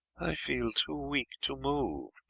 feel too weak to move,